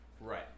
Right